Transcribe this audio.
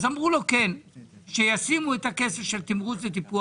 ואמרו לו שישימו את הכסף של תמרוץ וטיפוח.